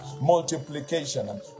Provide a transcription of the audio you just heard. multiplication